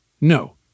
No